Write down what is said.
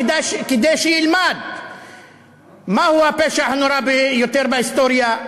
כדי שילמד מהו הפשע הנורא ביותר בהיסטוריה,